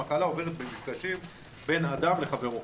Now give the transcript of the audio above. המחלה עוברת במפגשים בין אדם לחברו.